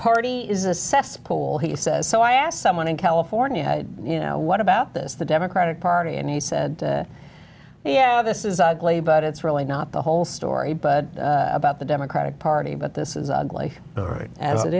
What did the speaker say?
party is a cesspool he says so i asked someone in california you know what about this the democratic party and he said yeah this is ugly but it's really not the whole story but about the democratic party but this is ugly all right as it